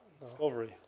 Discovery